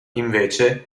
invece